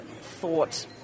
thought